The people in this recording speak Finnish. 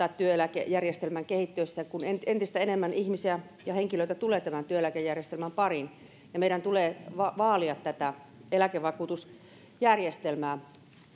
työeläkejärjestelmän kehittyessä ja silloin kun entistä enemmän ihmisiä ja henkilöitä tulee tämän työeläkejärjestelmän pariin ja meidän tulee vaalia tätä eläkevakuutusjärjestelmää